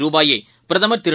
ரூபாயைபிரதமர் திரு